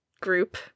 group